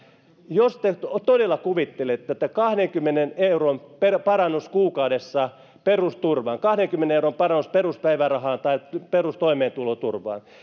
jos te todella kuvittelette että kahdenkymmenen euron parannus kuukaudessa perusturvaan kahdenkymmenen euron parannus peruspäivärahaan tai perustoimeentuloturvaan